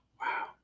wow